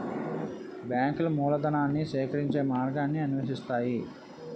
బ్యాంకులు మూలధనాన్ని సేకరించే మార్గాన్ని అన్వేషిస్తాయి